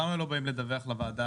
למה הם לא באים לדווח לוועדה?